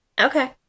okay